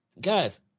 Guys